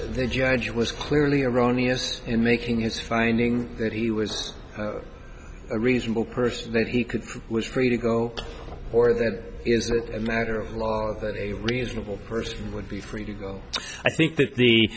the judge was clearly erroneous in making his finding that he was a reasonable person that he could was privy to go or that is a matter of law that a reasonable person would be free to go i think that